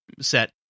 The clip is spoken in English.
set